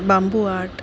bamboo art